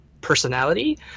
personality